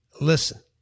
Listen